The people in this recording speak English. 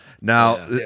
Now